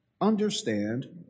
understand